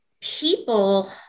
people